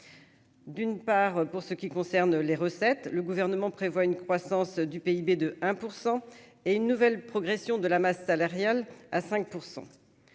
d'une part pour ce qui concerne les recettes, le gouvernement prévoit une croissance du PIB de 1 % et une nouvelle progression de la masse salariale à 5